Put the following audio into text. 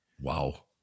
Wow